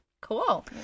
Cool